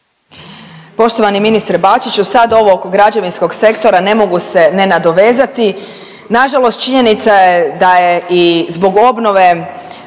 Poštovani ministre Bačiću sad ovo oko građevinskog sektora ne mogu se ne nadovezati. Nažalost činjenica je da je i zbog obnove